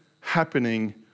happening